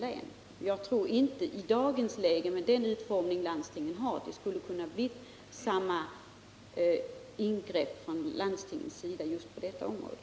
Med den utformning landstingen i dagens läge har tror jag inte att de skulle kunna göra samma insatser på just detta område.